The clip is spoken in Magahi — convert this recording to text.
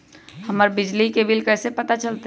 हमर बिजली के बिल कैसे पता चलतै?